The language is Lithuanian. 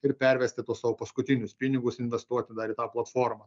ir pervesti tuos savo paskutinius pinigus investuoti dar į tą platformą